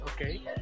Okay